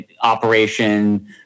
Operation